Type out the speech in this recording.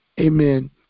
amen